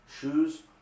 shoes